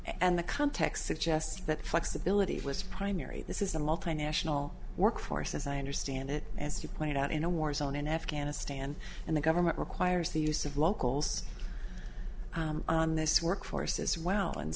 and the context suggests that flexibility less primary this is a multinational work force as i understand it as you pointed out in a war zone in afghanistan and the government requires the use of locals on this work force as well and